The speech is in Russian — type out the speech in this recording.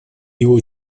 его